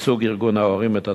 ייצוג ארגון ההורים את התלמיד,